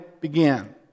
began